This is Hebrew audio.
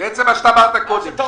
כמו שאתה אמרת קודם.